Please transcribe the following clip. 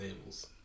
tables